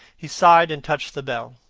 he sighed and touched the bell.